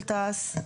של תעש,